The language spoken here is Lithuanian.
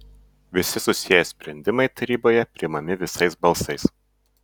visi susiję sprendimai taryboje priimami visais balsais